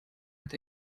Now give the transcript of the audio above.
hat